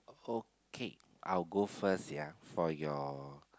okay I'll go first ya for your